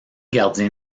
gardien